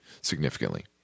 significantly